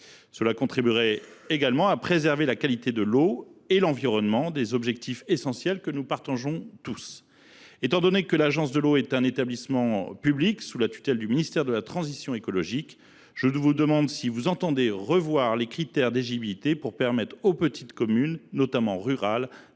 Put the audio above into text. Cela contribuerait également à préserver la qualité de l’eau et l’environnement, des objectifs essentiels que nous partageons tous. Étant donné que l’agence de l’eau est un établissement public sous la tutelle du ministère de la transition écologique, entendez vous revoir les critères d’éligibilité pour permettre aux petites communes, notamment rurales,